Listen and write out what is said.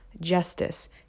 justice